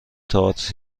تئاتر